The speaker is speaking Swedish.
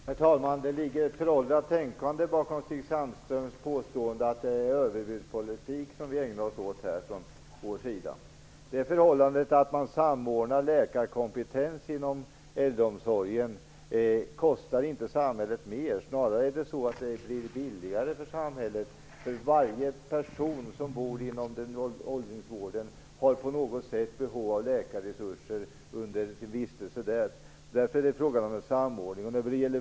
Herr talman! Det ligger ett föråldrat tänkande bakom Stig Sandströms påstående att det är överbudspolitik som vi ägnar oss åt. Att samordna läkarkompetens inom äldreomsorgen kostar inte samhället mer. Snarare blir det billigare för samhället, eftersom varje person som bor inom åldringsvården på något sätt har behov av läkarresurser under sin vistelse där. Därför förordar vi en samordning.